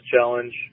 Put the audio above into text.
challenge